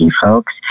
folks